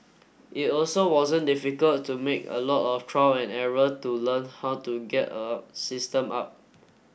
it also wasn't difficult to make a lot of trial and error to learn how to get a system up